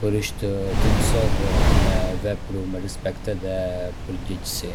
por është thelbësore me vepru me respekt edhe përgjegjësi.